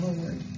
Lord